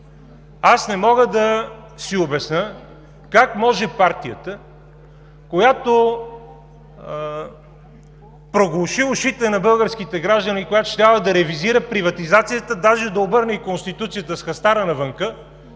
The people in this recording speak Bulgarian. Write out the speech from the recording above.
Аз не мога да си обясня как може партията, която проглуши ушите на българските граждани, която щяла да ревизира приватизацията, даже да обърне и Конституцията с хастара навънка